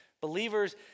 Believers